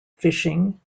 fishing